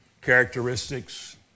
characteristics